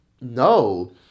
no